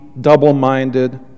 double-minded